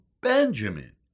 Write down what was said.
benjamin